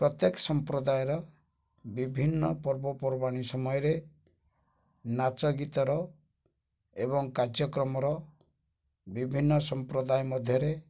ପ୍ରତ୍ୟେକ ସମ୍ପ୍ରଦାୟର ବିଭିନ୍ନ ପର୍ବପର୍ବାଣି ସମୟରେ ନାଚ ଗୀତର ଏବଂ କାର୍ଯ୍ୟକ୍ରମର ବିଭିନ୍ନ ସମ୍ପ୍ରଦାୟ ମଧ୍ୟରେ